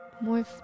more